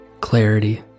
clarity